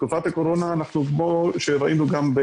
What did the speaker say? בתקופת הקורונה כמו שראינו גם,